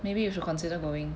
maybe you should consider going